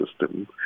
system